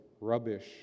rubbish